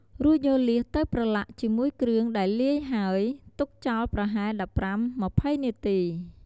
រូចយកលៀសទៅប្រឡាក់ជាមួយគ្រឿងដែលលាយហើល ទុកចោលប្រហែល ១៥ទៅ២០ នាទី។